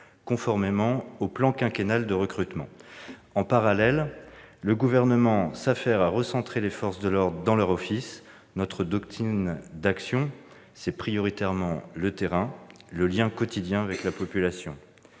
conformément au plan quinquennal de recrutement. En parallèle, le Gouvernement s'affaire à recentrer les forces de l'ordre dans leur office. Notre doctrine d'action, c'est prioritairement le terrain, le lien quotidien avec la population.